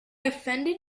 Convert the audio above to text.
offended